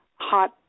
hot